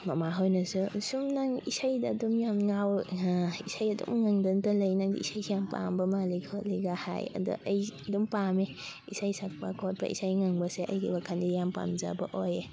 ꯃꯃꯥ ꯍꯣꯏꯅꯁꯨ ꯁꯨꯝ ꯅꯪ ꯏꯁꯩꯗ ꯑꯗꯨꯝ ꯌꯥꯝ ꯉꯥꯎꯋꯦ ꯏꯁꯩ ꯑꯗꯨꯝ ꯉꯪꯗꯅꯇ ꯂꯩ ꯅꯪꯁꯦ ꯏꯁꯩꯁꯦ ꯌꯥꯝ ꯄꯥꯝꯕ ꯃꯥꯜꯂꯤ ꯈꯣꯠꯂꯤꯒ ꯍꯥꯏ ꯑꯗꯣ ꯑꯩ ꯑꯗꯨꯝ ꯄꯥꯝꯃꯦ ꯏꯁꯩ ꯁꯛꯄ ꯈꯣꯠꯄ ꯏꯁꯩ ꯉꯪꯕꯁꯦ ꯑꯩꯒꯤ ꯋꯥꯈꯜꯗ ꯌꯥꯝ ꯄꯥꯝꯖꯕ ꯑꯣꯏꯌꯦ